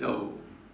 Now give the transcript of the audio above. oh